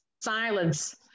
silence